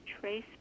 trace